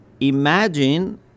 imagine